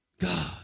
God